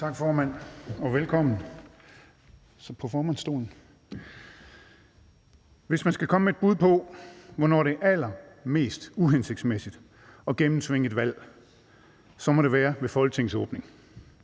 Hvis man skal komme med et bud på, hvornår det er allermest uhensigtsmæssigt at gennemtvinge et valg, må det være ved Folketingets åbning,